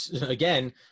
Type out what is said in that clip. again